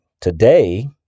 today